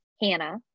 hannah